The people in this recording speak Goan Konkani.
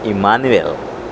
इमानवेल